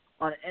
on